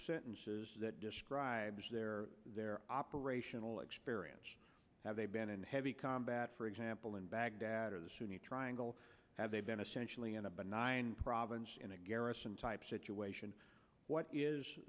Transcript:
sentences that describes their their operational experience have they been in heavy combat for example in baghdad or the sunni triangle have they been essentially in a benign province in a garrison type situation what is